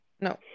No